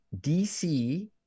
DC